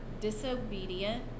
disobedient